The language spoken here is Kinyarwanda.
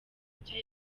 nshya